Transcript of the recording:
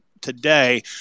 today